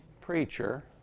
preacher